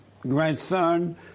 grandson